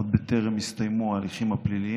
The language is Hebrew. עוד בטרם הסתיימו ההליכים הפליליים,